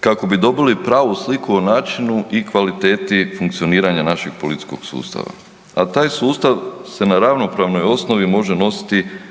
kako bi dobili pravu sliku o načinu i kvaliteti funkcioniranja našeg policijskog sustava. A taj sustav se na ravnopravnoj osnovi može nositi